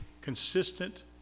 consistent